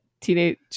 teenage